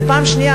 ושאלה שנייה,